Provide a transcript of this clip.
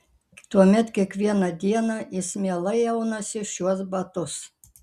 tuomet kiekvieną dieną jis mielai aunasi šiuos batus